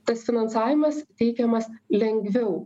tas finansavimas teikiamas lengviau